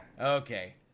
Okay